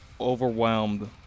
overwhelmed